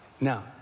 Now